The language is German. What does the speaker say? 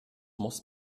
muss